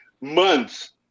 months